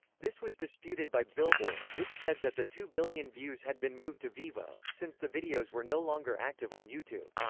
this was disputed by billboard, which said that the two billion views had been moved to vevo, since the videos were no longer active on youtube.